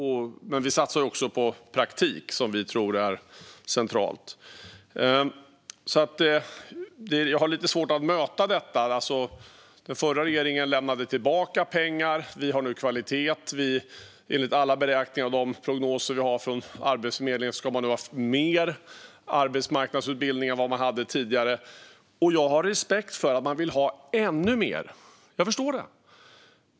Vi satsar också på praktik, vilket vi tror är centralt. Jag har lite svårt att möta detta. Den förra regeringen lämnade tillbaka pengar. Vi har nu kvalitet. Enligt alla beräkningar och de prognoser vi har från Arbetsförmedlingen ska man nu ha haft mer arbetsmarknadsutbildning än tidigare. Och jag har respekt för att ni vill ha ännu mer. Jag förstår det.